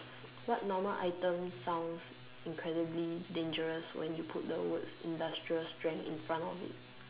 what normal item sounds incredibly dangerous when you put the words industrial strength in front of it